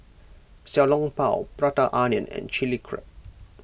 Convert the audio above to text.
Xiao Long Bao Prata Onion and Chilli Crab